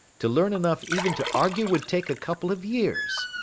to learn enough even to argue would take a couple of years.